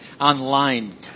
online